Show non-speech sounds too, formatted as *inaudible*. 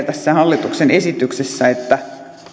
*unintelligible* tässä hallituksen esityksessä lukee että